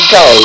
go